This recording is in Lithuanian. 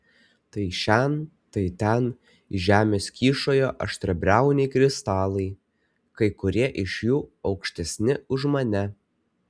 tai šen tai ten iš žemės kyšojo aštriabriauniai kristalai kai kurie iš jų aukštesni už mane